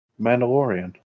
Mandalorian